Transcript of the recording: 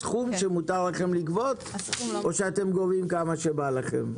הסכום שמותר לכם לגבות או שאתם גובים כמה שבא לכם?